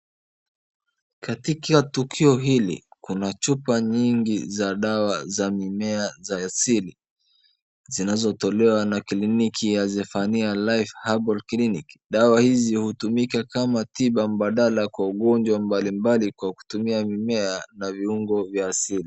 Katika tukio hili, kuna chupa nyingi za dawa za mimea za asili zinazotolewa na kliniki ya Zephaniah life herbal clinic . Dawa hizi hutumika kama tiba badala kwa ugonjwa mbalimbali kwa kutumia mimea na viungo vya asili.